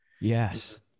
yes